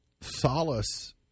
solace